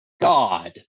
God